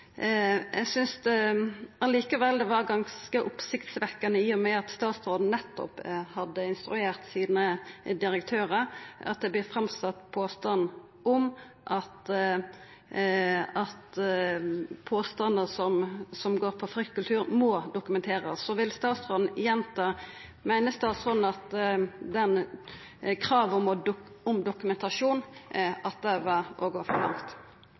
Eg synest likevel det var ganske oppsiktsvekkjande – i og med at statsråden nettopp hadde instruert direktørane sine – at det vart sett fram påstand om at påstandar som går på fryktkultur, må dokumenterast. Vil statsråden igjen svara på: Meiner han at kravet om dokumentasjon var overflødig? Til det å si at det